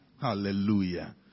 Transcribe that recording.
hallelujah